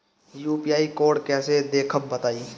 UPI code कैसे देखब बताई?